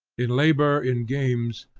in labor, in games,